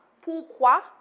pourquoi